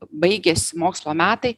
baigiasi mokslo metai